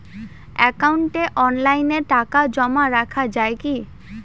একাউন্টে অনলাইনে টাকা জমা রাখা য়ায় কি?